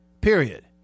period